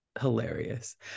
hilarious